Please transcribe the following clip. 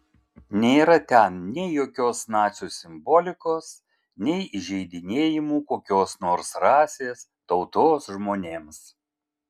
nėra ten nei jokios nacių simbolikos nei įžeidinėjimų kokios nors rasės tautos žmonėms